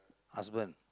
husband